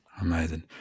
Amazing